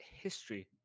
history